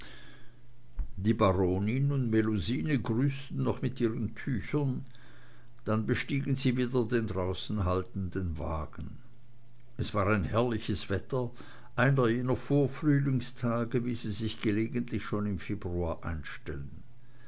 die baronin und melusine grüßten noch mit ihren tüchern dann bestiegen sie wieder den draußen haltenden wagen es war ein herrliches wetter einer jener vorfrühlingstage wie sie sich gelegentlich schon im februar einstellen